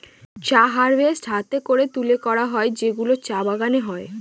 চা হারভেস্ট হাতে করে তুলে করা হয় যেগুলো চা বাগানে হয়